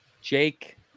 Jake